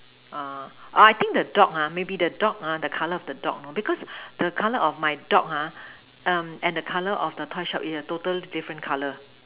I think the dog maybe the dog the color of the dog you know because the color of my dog and the color of the toy shop it have totally different color